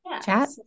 chat